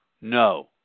No